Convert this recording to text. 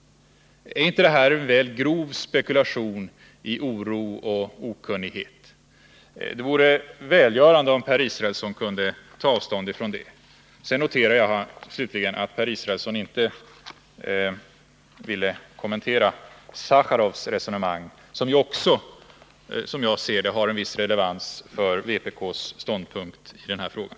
Är inte det här en grov spekulation i oro och okunnighet? Det vore välgörande om Per Israelsson kunde ta avstånd från det. Slutligen noterar jag att Per Israelsson inte ville kommentera Sacharovs resonemang, vilket ju också, som jag ser det, har en viss relevans för vpk:s ståndpunkt i den här frågan.